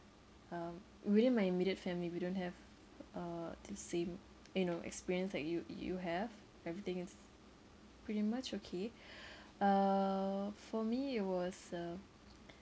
um within my immediate family we don't have uh the same you know experience like you you have everything is pretty much okay uh for me it was uh